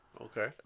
okay